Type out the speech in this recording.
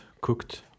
cooked